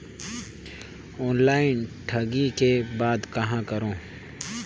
Online ठगी के बाद कहां करों?